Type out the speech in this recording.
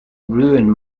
ruin